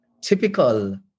typical